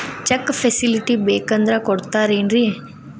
Check facility ಬೇಕಂದ್ರ ಕೊಡ್ತಾರೇನ್ರಿ?